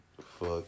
Fuck